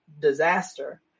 disaster